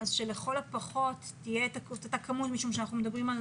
אז שלכל הפחות תהיה אותה כמות משום שאנחנו מדברים על